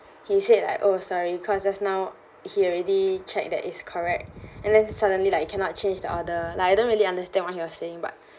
he said like oh sorry cause just now he already checked that is correct and then suddenly like cannot change the order like I don't really understand what he was saying but